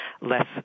less